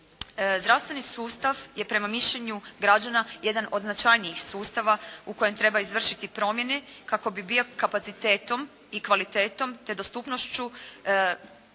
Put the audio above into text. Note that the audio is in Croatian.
Zdravstveni sustav je prema mišljenju građana jedan od značajnijih sustava u kojem treba izvršiti promjene kako bi bio kapacitetom i kvalitetom te dostupnošću